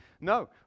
no